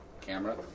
Camera